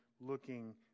looking